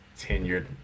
tenured